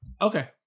Okay